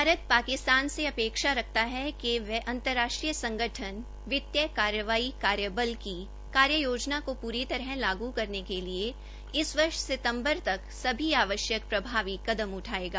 भारत पाकिस्तान से अपेक्षा रखता है कि वह अंतरराष्ट्रीय संगठन वित्तीय कार्रवाई कार्यबल एफएटीएफ की कार्ययोजना को पूरी तरह लागू करने के लिए इस वर्ष सितंबर तक सभी आवश्यक प्रभावी कदम उठायेगा